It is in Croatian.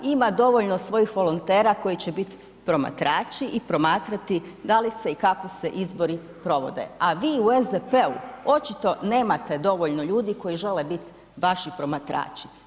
Ima dovoljno svojih volontera koji će biti promatrači i promatrati da li se i kako se izbori provode, a vi u SDP-u očito nemate dovoljno ljudi koji žele biti vaši promatrači.